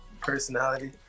personality